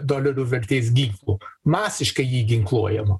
dolerių vertės ginklų masiškai ji ginkluojama